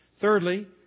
Thirdly